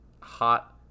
hot